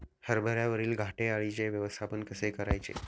हरभऱ्यावरील घाटे अळीचे व्यवस्थापन कसे करायचे?